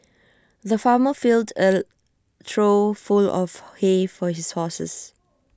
the farmer filled A trough full of hay for his horses